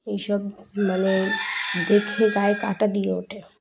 এইসব মানে দেখে গায়ে কাঁটা দিয়ে ওঠে